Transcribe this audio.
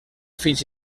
fins